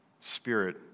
spirit